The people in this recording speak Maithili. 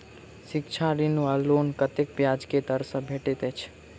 शिक्षा ऋण वा लोन कतेक ब्याज केँ दर सँ भेटैत अछि?